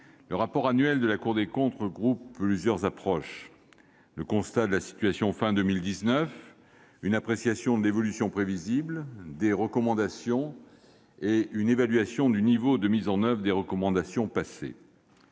le rapport annuel de la Cour des comptes regroupe plusieurs approches : le constat de la situation fin 2019, une appréciation de l'évolution prévisible, des recommandations et une évaluation du niveau de mise en oeuvre des recommandations passées.